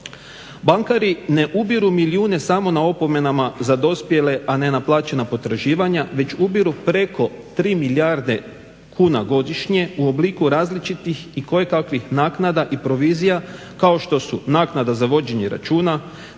Bankari ne ubiru milijune samo na opomenama za dospjele, a nenaplaćena potraživanja već ubiru preko 3 milijarde kuna godišnje u obliku različitih i kojekakvih naknada i provizija kao što su naknada za vođenje računa,